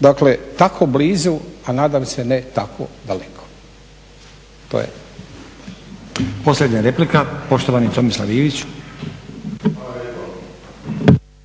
dakle tako blizu, a nadam se ne tako daleko. **Stazić, Nenad (SDP)** Posljednja replika, poštovani Tomislav Ivić. **Ivić,